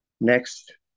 next